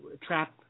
trap